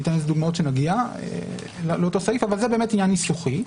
זה עניין ניסוחי.